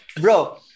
Bro